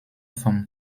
vom